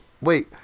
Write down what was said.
wait